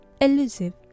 elusive